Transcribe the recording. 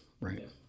right